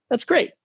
that's great.